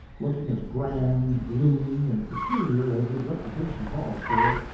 looking as grand, gloomy and peculiar as his reputation calls for,